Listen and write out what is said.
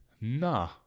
Nah